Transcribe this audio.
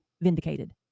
vindicated